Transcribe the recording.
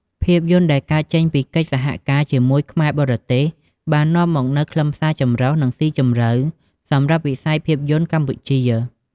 ភាពយន្តដែលកើតចេញពីកិច្ចសហការជាមួយខ្មែរបរទេស បាននាំមកនូវ ខ្លឹមសារចម្រុះ និងស៊ីជម្រៅ សម្រាប់វិស័យភាពយន្តកម្ពុជា។